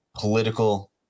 political